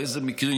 באיזה מקרים,